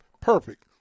perfect